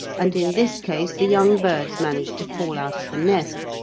and in this case the young birds managed to fall out of the nest,